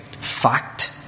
fact